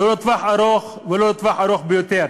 לא לטווח ארוך ולא לטווח ארוך ביותר.